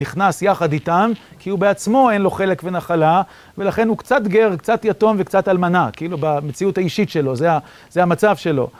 נכנס יחד איתם, כי הוא בעצמו אין לו חלק ונחלה, ולכן הוא קצת גר, קצת יתום וקצת אלמנה, כאילו במציאות האישית שלו, זה המצב שלו.